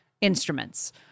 instruments